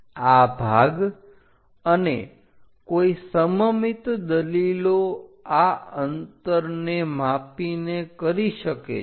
આ ભાગ અને કોઈ સમમિત દલીલો આ અંતરને માપીને કરી શકે છે